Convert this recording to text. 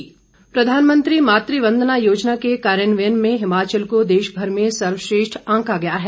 सर्वश्रेष्ठ सम्मान प्रधानमंत्री मातू वंदना योजना के कार्यान्वयन में हिमाचल को देशभर में सर्वश्रेष्ठ आंका गया है